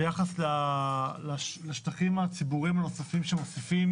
ביחס לשטחים הציבוריים הנוספים שמוסיפים